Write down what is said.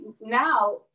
now